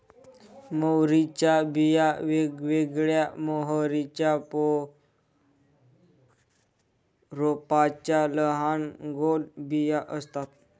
मोहरीच्या बिया वेगवेगळ्या मोहरीच्या रोपांच्या लहान गोल बिया असतात